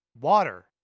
water